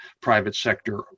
private-sector